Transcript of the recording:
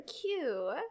cue